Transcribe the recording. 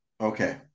Okay